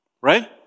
Right